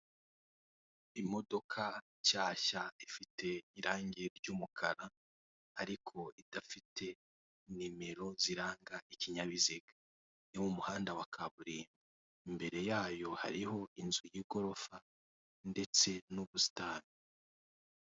Imodoka nshyashya ifite irange ry'umukara ariko idafite nimero ziranga ikinyabiziga, ni mu muhanda wa kaburimbo imbere yayo hariho inzu y'igorofa ndetse n'ubusitani.